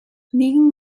нэгэн